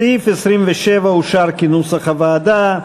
סעיף 27 אושר כנוסח הוועדה.